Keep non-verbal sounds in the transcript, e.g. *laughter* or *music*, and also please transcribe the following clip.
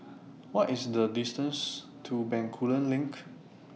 What IS The distance to Bencoolen LINK *noise*